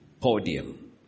podium